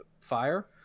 fire